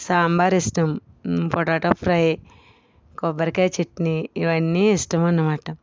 సాంబార్ ఇష్టం potato fry కొబ్బరికాయ చట్నీ ఇవన్నీ ఇష్టం అన్నమాట